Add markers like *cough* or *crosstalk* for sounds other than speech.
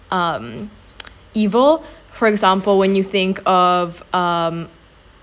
um *noise* evil for example when you think of um